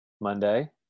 Monday